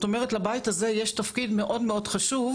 זאת אומרת לבית הזה יש תפקיד מאוד חשוב.